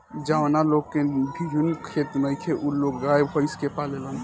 जावना लोग के भिजुन खेत नइखे उ लोग गाय, भइस के पालेलन